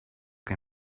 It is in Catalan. que